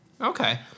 Okay